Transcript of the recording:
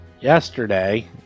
yesterday